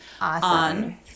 on